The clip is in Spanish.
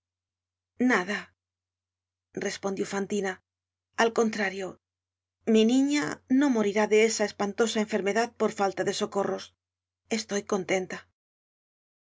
nada respondió fantina al contrario mi niña no morirá de esa espantosa enfermedad por falta de socorros estoy contenta al